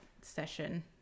session